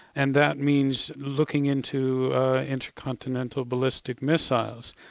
and that means looking into intercontinental ballistic missiles.